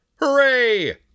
Hooray